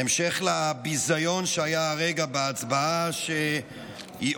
בהמשך לביזיון שהיה הרגע בהצבעה שהיא